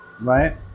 right